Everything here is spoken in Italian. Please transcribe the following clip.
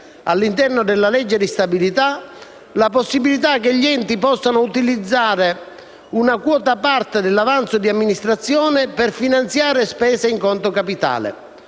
all'interno della legge di stabilità, la possibilità che gli enti possano utilizzare una quota parte dell'avanzo di amministrazione per finanziare spese in conto capitale.